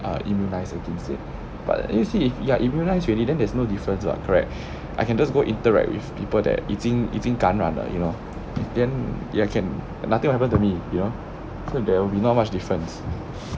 err immunized against it but you see if you are immunized already then there's no difference [what] correct I can just go interact with people that 已经已经感染了 you know then you all can nothing will happen to me you know so there will be not much difference